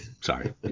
Sorry